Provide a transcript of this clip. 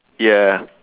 ya